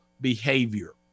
behavior